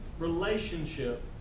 relationship